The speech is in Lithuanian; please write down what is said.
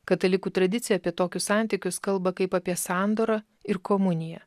katalikų tradicija apie tokius santykius kalba kaip apie sandorą ir komuniją